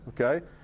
Okay